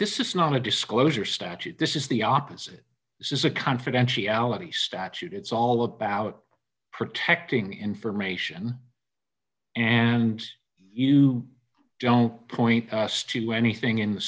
this is not a disclosure statute this is the opposite this is a confidentiality statute it's all about protecting information and you don't point us to anything in the